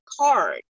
card